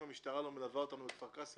אם המשטרה לא מלווה אתנו בכפר קאסם